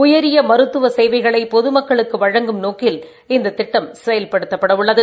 உயரிய மருத்துவ சேவைகளை பொதுமக்களுக்கு வழங்கும் நோக்கில் இந்த திட்டம் செயல்படுத்தப்பட உள்ளது